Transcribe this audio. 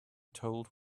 told